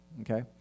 okay